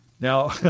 Now